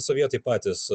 sovietai patys